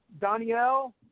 Danielle